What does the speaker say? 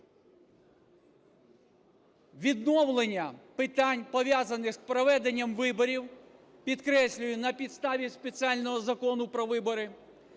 відновлення питань пов'язаних з проведенням виборів, підкреслюю, на підставі спеціального Закону про вибори,